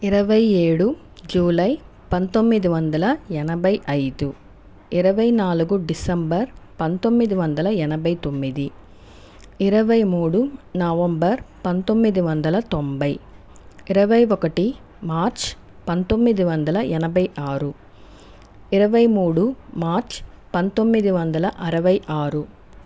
ఇరవై ఏడు జూలై పంతొమ్మిది వందల ఎనభై అయిదు ఇరవై నాలుగు డిసెంబర్ పంతొమ్మిది వందల ఎనభై తొమ్మిది ఇరవై మూడు నవంబర్ పంతొమ్మిది వందల తొంభై ఇరవై ఒకటి మార్చ్ పంతొమ్మిది వందల ఎనభై ఆరు ఇరవైమూడు మార్చ్ పంతొమ్మిది వందల అరవై ఆరు